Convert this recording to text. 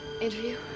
interview